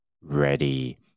ready